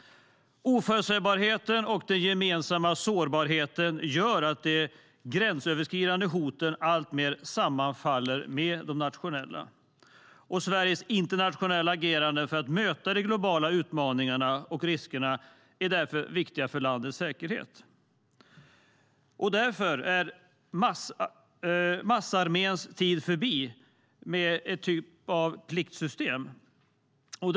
Oförutsägbarheten och den gemensamma sårbarheten gör att de gränsöverskridande hoten alltmer sammanfaller med de nationella. Sveriges internationella agerande för att möta de globala utmaningarna och riskerna är därför viktigt för landets säkerhet. Därför är massarméns tid med en typ av pliktsystem förbi.